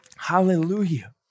Hallelujah